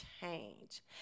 change